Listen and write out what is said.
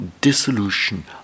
dissolution